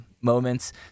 moments